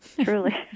truly